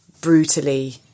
brutally